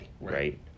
right